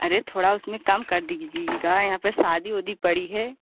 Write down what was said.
अरे थोड़ा उसमें काम कर दीजिएगा यहाँ पर शादी उदी पड़ी है